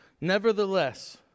Nevertheless